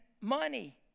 money